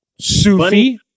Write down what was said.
Sufi